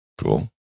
Cool